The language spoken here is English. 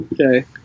okay